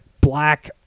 black